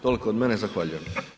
Toliko od mene, zahvaljujem.